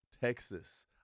Texas